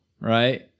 right